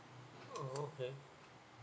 oh okay